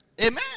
Amen